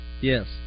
yes